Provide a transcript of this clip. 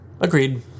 Agreed